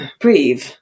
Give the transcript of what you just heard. breathe